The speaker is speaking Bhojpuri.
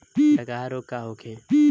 डकहा रोग का होखे?